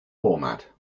format